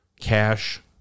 cash